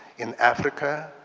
in africa,